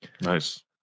Nice